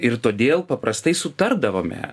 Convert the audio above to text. ir todėl paprastai sutardavome